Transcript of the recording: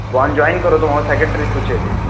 वान् जायिन् करोतु मम सेकेट्रि सूचयति